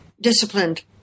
disciplined